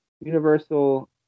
Universal